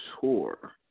Tour